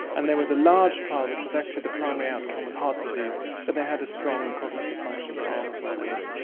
and there was a large trial which was actually the primary outcome was heart disease but they had a strong cognitive function arm as well in that,